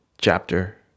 Chapter